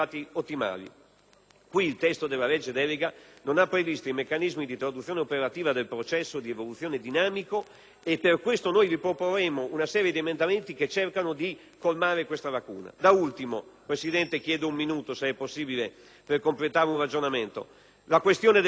Qui il testo della legge delega non ha previsto i meccanismi di traduzione operativa del processo di evoluzione dinamico e per questo noi riproporremo una serie di emendamenti che cercano di colmare questa lacuna. Da ultimo - signora Presidente, chiedo un minuto, se possibile, per completare un ragionamento - la questione delle funzioni dei Comuni.